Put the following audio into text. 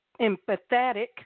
empathetic